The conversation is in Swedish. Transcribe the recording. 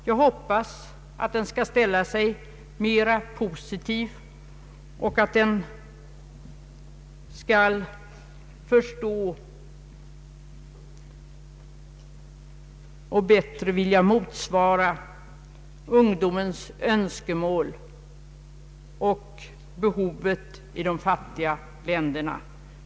Jag hoppas att den skall ställa sig mera positiv och att den skall förstå och bättre vilja tillmötesgå ungdomens önskemål samt behovet i de fattiga länderna.